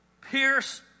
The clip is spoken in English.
pierce